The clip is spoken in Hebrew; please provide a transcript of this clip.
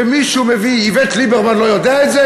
ומישהו מביא, איווט ליברמן לא יודע את זה?